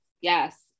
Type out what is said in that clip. Yes